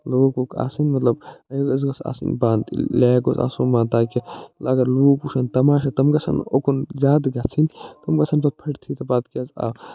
لوٗکھ وُک آسٕنۍ مطلب أسۍ گَژھو آسٕنۍ پانہٕ تہِ لیک گوٚژھ آسُن بنٛد تاکہِ لوٗک وٕچھن تماشہٕ تِم گَژھن نہٕ اُکُن زیادٕ گَژھنۍ تِم گَژھن پتہٕ فُٹہِ تھٕے تہٕ پتہٕ کیٛاہ حظ